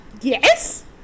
Yes